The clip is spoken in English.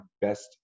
best